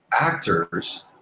actors